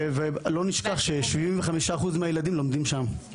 ולא נשכח 75% מהילדים לומדים שם,